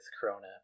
Corona